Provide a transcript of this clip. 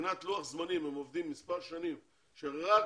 מבחינת לוח זמנים הם עובדים מספר שנים והם